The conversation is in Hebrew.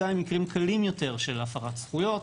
גם עם מקרים קלים יותר של הפרת זכויות.